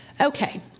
Okay